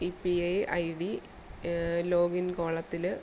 ഈ P I I D login കോളത്തിൽ